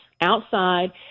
outside